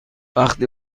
وقتی